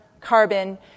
carbon